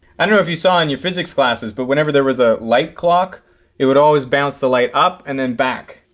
i don't know if you saw on your physics classes, but whenever there was a light clock it would always bounce the light up and then back.